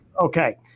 Okay